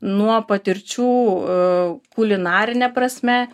nuo patirčių kulinarine prasme